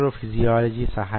అప్పుడు మీరు ఏమి చెయ్యాలి